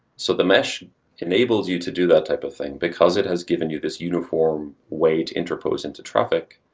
so the mesh enables you to do that type of thing because it has given you this uniform way to interpose into traffic.